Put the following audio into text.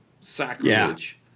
Sacrilege